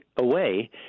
away